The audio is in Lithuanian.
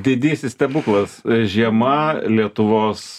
didysis stebuklas žiema lietuvos